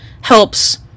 helps